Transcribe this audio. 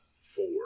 Four